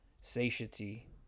satiety